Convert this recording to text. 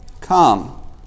come